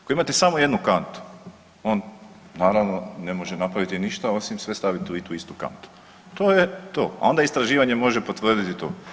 Ako imate samo jednu kantu on naravno ne može napraviti ništa osim sve staviti u tu istu kantu to je to, a onda istraživanje može potvrditi to.